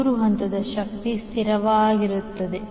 ಮೂರು ಹಂತದ ಶಕ್ತಿ ಸ್ಥಿರವಾಗಿರುತ್ತದೆ